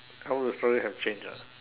how have changed ah